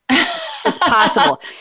Possible